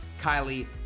Kylie